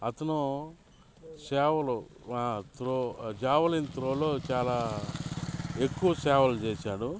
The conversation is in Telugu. అతను సేవలు త్రో జావలిన్ త్రోలో చాలా ఎక్కువ సేవలు చేశారు